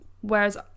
whereas